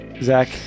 Zach